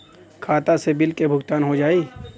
खाता से बिल के भुगतान हो जाई?